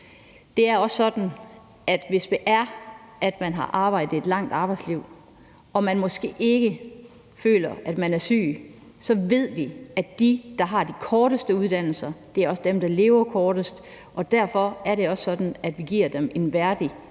Det er også sådan, at hvis det er, at man har arbejdet et langt arbejdsliv, og man måske ikke føler, at man er syg, så ved vi, at de, der har de korteste uddannelser, også er dem, der lever kortest. Og derfor er det også sådan, at vi giver dem en værdig måde